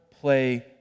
play